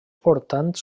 portants